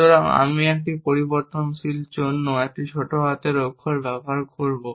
সুতরাং আমি একটি পরিবর্তনশীল জন্য এই ছোট হাতের অক্ষর ব্যবহার করব